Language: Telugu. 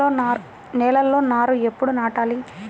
నేలలో నారు ఎప్పుడు నాటాలి?